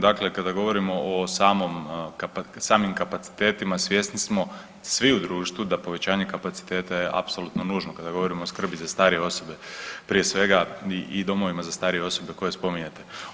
Dakle, kada govorimo o samom, samim kapacitetima svjesni smo svi u društvu da povećanje kapaciteta je apsolutno nužno kada govorimo o skrbi za starije osobe, prije svega i domovima za starije osobe koje spominjete.